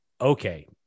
okay